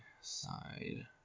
side